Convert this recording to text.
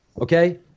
Okay